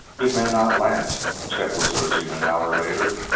it may not last, chet was urging an hour later,